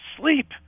sleep